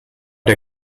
der